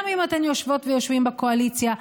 גם אם אתן יושבות ויושבים בקואליציה,